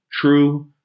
true